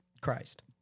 Christ